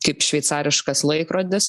kaip šveicariškas laikrodis